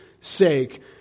sake